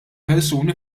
persuni